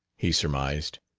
he surmised,